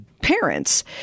parents